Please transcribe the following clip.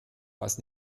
was